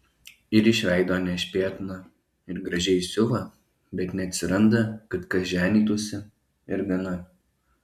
ir iš veido nešpėtna ir gražiai siuva bet neatsiranda kad kas ženytųsi ir gana